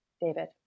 David